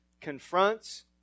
confronts